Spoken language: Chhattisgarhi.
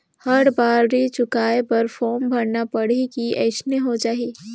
हर बार ऋण चुकाय बर फारम भरना पड़ही की अइसने हो जहीं?